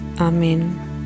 Amen